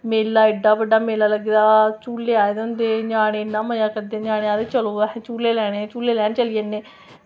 मेला एड्डा बड्डा मेला लगदा कि झूले लाए दे होंदे ते ञ्यानें इन्ना मज़ा करदे ञ्यानें आक्खदे चलो झूल्ले लैने अस झूल्ले लैने गी चली जन्ने